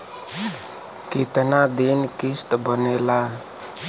कितना दिन किस्त बनेला?